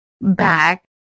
back